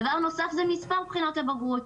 דבר נוסף זה מספר בחינות הבגרות.